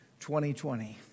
2020